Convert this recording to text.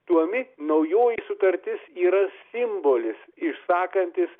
tuomi naujoji sutartis yra simbolis išsakantis